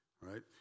right